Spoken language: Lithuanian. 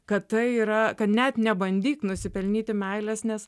kad tai yra kad net nebandyk nusipelnyti meilės nes